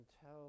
tell